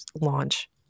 launch